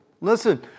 Listen